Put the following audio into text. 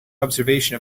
observation